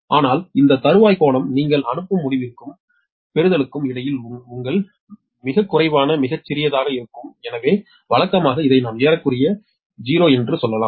ஆனால் இந்த தருவாய் கோணம் நீங்கள் அனுப்பும் முடிவிற்கும் பெறுதலுக்கும் இடையில் உங்கள் மிகக்குறைவான மிகச் சிறியதாக இருக்கும் எனவே வழக்கமாக இதை நாம் ஏறக்குறைய '0' என்று சொல்லலாம்